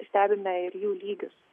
stebime ir jų lygius